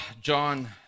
John